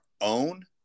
own